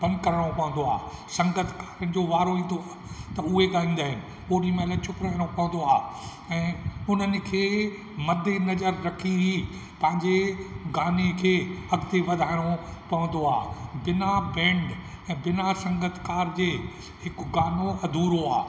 बंदि करिणो पवंदो आहे संगीतकारनि जो वारो ईंदो आहे त उहे ॻाईंदा आहिनि ओॾी महिल चुप रहिणो पवंदो आहे ऐं उन्हनि खे मद्दे नज़र रखी पंहिंजे गाने खे अॻिते वधाइणो पवंदो आहे बिना बैंड ऐं बिना संगीतकार जे हिकु गानो अधूरो आहे